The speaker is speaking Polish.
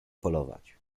polować